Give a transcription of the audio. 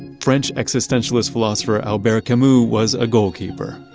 and french existentialist philosopher albert camus was a goalkeeper,